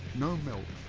no milk.